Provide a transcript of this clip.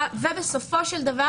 בסופו של דבר,